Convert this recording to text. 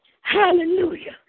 Hallelujah